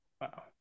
Wow